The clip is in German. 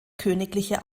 königliche